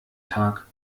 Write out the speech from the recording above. tag